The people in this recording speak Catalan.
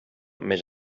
més